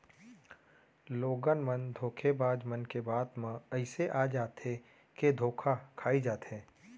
लोगन मन धोखेबाज मन के बात म अइसे आ जाथे के धोखा खाई जाथे